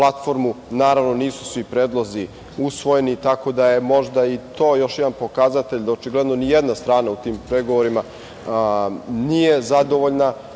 naravno nisu svi predlozi usvojeni. Tako da je možda i to još jedan pokazatelj da očigledno ni jedna strana u tim pregovorima nije zadovoljna